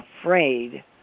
afraid